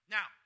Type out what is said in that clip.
Now